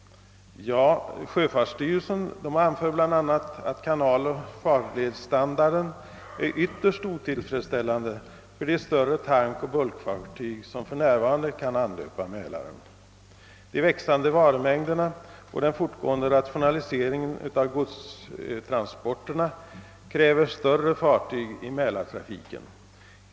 Ja, sjöfartsstyrelsen anför bl.a. att kanaloch farledsstandarden är ytterst otillfredsställande för de större tankoch bulkfartyg som för närvarande kan anlöpa mälarhamnarna. De växande varumängderna och den fortgående rationaliseringen av massgodstransporterna kräver större fartyg i mälartrafiken.